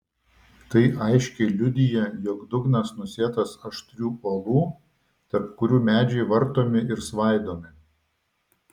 tai aiškiai liudija jog dugnas nusėtas aštrių uolų tarp kurių medžiai vartomi ir svaidomi